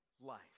life